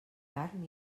carn